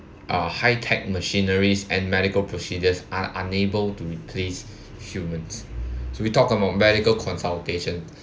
uh high tech machineries and medical procedures are unable to replace humans so we talk about medical consultation